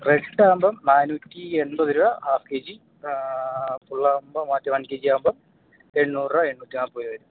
red ആകുമ്പം നാന്നൂറ്റി എൺപത് രൂപ ഹാഫ് കെ ജി ഫുള്ളാകുമ്പം മാറ്റി വൺ കെ ജി ആകുമ്പം എണ്ണൂറ് രൂപ എണ്ണൂറ്റി നാൽപ്പത് രൂപ വരും